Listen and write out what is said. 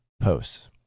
posts